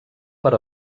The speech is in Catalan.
per